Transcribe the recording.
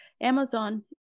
Amazon